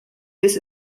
this